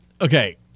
Okay